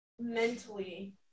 mentally